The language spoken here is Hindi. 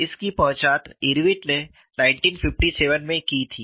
इसकी पहचान इरविन ने 1957 में की थी